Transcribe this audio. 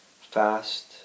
fast